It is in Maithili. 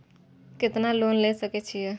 केतना लोन ले सके छीये?